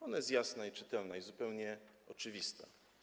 Ona jest jasna, czytelna i zupełnie oczywista.